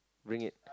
bring it